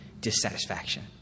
dissatisfaction